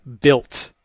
built